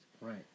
Right